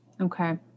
Okay